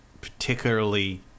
particularly